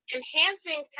enhancing